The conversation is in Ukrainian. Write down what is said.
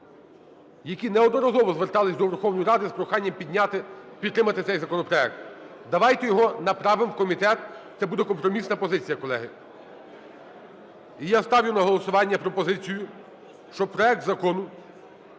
які неодноразово звертались до Верховної Ради з проханням підтримати цей законопроект. Давайте його направимо у комітет, це буде компромісна позиція, колеги. І я ставлю на голосування пропозицію, щоб проект Закону